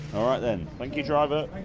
alright then thank you driver.